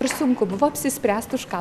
ir sunku buvo apsispręsti už ką